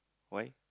why